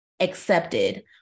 accepted